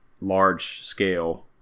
large-scale